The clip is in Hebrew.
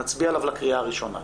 נצביע עליו לקריאה הראשונה.